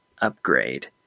upgrade